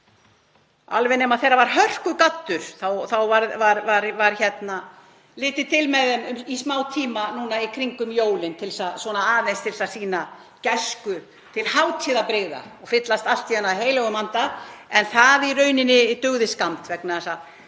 alveg nema þegar það var hörkugaddur, þá var litið til með þeim í smátíma í kringum jólin, svona aðeins til þess að sýna gæsku til hátíðabrigða og fyllast allt í einu heilögum anda. En það dugði í rauninni skammt vegna þess að